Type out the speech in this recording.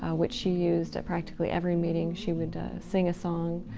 ah which she used at practically every meeting. she would sing a song,